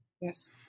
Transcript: Yes